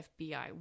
FBI